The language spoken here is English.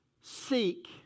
Seek